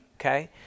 okay